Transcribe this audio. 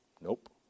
Nope